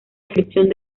descripción